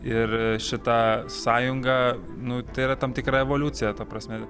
ir šita sąjunga nu tai yra tam tikra evoliucija ta prasme